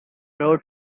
pro